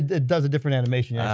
it does a different animation yeah